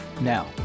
now